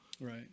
right